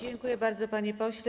Dziękuję bardzo, panie pośle.